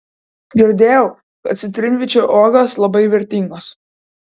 girdėjau kad citrinvyčio uogos labai vertingos